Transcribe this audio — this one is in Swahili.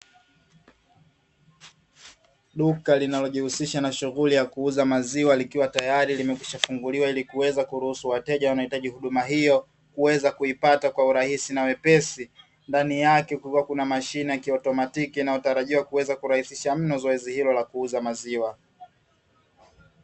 Duka linalojihusisha na shughuli ya kuuza maziwa, likiwa teyari limeshakwisha kufunguliwa ili kuweza kuruhusu wateja wanaohitaji huduma hiyo kuweza kuipata kiurahisi na wepesi, ndani yake kukiwa kuna mashine ya kiotomatiki inayotarajiwa kurahisisha mno zoezi hilo la kuuza maziwa.